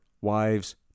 Wives